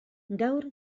gaur